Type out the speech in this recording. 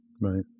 Right